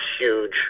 huge